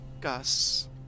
Gus